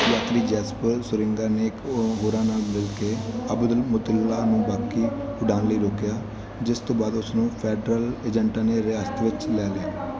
ਯਾਤਰੀ Jasper Schuringa ਨੇ ਹੋਰਾਂ ਨਾਲ ਮਿਲ ਕੇ ਅਬਦੁਲਮੁਤੱਲਾਬ ਨੂੰ ਬਾਕੀ ਉਡਾਣ ਲਈ ਰੋਕਿਆ ਜਿਸ ਤੋਂ ਬਾਅਦ ਉਸ ਨੂੰ ਫੈਡਰਲ ਏਜੰਟਾਂ ਨੇ ਹਿਰਾਸਤ ਵਿੱਚ ਲੈ ਲਿਆ